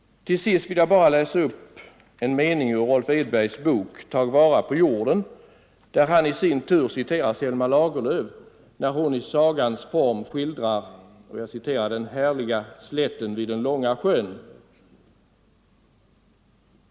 Till sist vill jag bara läsa upp en mening ur Rolf Edbergs bok Tag vara på jorden, där han i sin tur citerar Selma Lagerlöf när hon i sagans form skildrar ”den härliga slätten vid långa sjön”.